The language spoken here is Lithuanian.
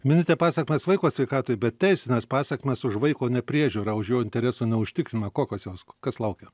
minite pasekmes vaiko sveikatai bet teisinės pasekmės už vaiko nepriežiūrą už jo interesų neužtikrinimą kokios jos kas laukia